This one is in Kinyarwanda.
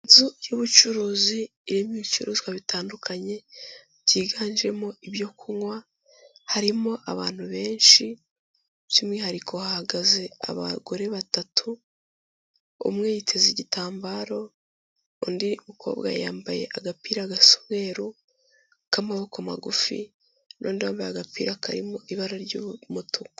Inzu y'ubucuruzi, irimo ibicuruzwa bitandukanye byiganjemo ibyo kunywa, harimo abantu benshi by'umwihariko bahagaze, abagore batatu umwe yiteze igitambaro, undi mukobwa yambaye agapira gasa umweru k'amaboko magufi, hari n'undi wambaye agapira karimo ibara ry'umutuku.